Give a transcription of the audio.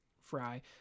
Fry